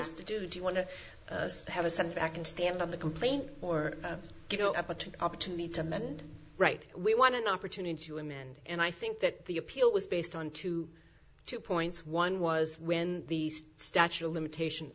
want to do do you want to have a setback and stand on the complaint or you know a bunch of opportunity to men right we want an opportunity to amend and i think that the appeal was based on two two points one was when the statue of limitations